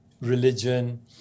religion